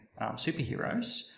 superheroes